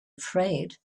afraid